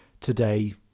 today